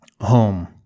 Home